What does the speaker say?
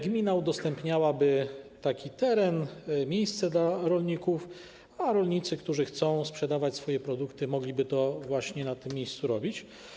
Gmina udostępniałaby taki teren, miejsce dla rolników, a rolnicy, którzy chcą sprzedawać swoje produkty, mogliby to właśnie w tym miejscu robić.